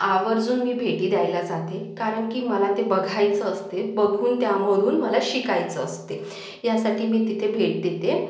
आवर्जून मी भेटी द्यायला जाते कारण की मला ते बघायचं असते बघून त्यामधून मला शिकायचं असते यासाठी मी तिथे भेट देते